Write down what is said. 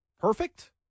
perfect